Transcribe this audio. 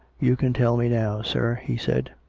you can tell me now, sir, he said.